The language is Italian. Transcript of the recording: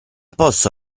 posso